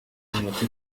iminota